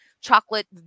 chocolate